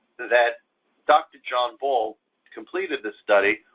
that dr. john ball completed the study,